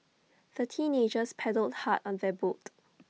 the teenagers paddled hard on their boat